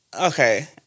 okay